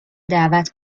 دعوت